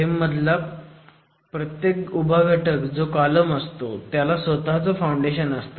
frame मधला प्रत्येक उभा घटक जो कॉलम असतो त्याला स्वतः चं फाउंडेशन असतं